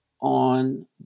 on